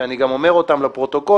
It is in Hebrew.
שאני גם אומר אותם לפרוטוקול,